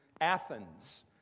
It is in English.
Athens